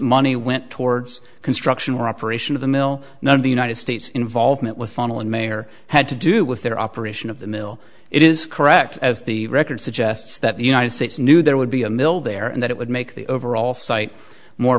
money went towards construction or operation of the mill none of the united states involvement with funneling mayor had to do with their operation of the mill it is correct as the record suggests that the united states knew there would be a mill there and that it would make the overall site more